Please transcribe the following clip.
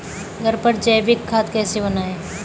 घर पर जैविक खाद कैसे बनाएँ?